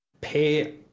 pay